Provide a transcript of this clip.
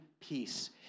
peace